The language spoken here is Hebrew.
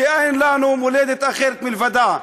שאין לנו מולדת אחרת מלבדה.